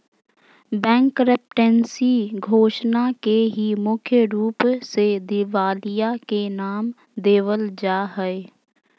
bankruptcy घोषणा के ही मुख्य रूप से दिवालिया के नाम देवल जा हय